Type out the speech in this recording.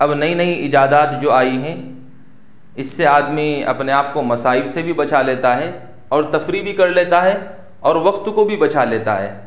اب نئی نئی ایجادات جو آئی ہیں اس سے آدمی اپنے آپ کو مصائب سے بھی بچا لیتا ہے اور تفریح بھی کر لیتا ہے اور وقت کو بھی بچا لیتا ہے